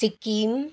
Sikkim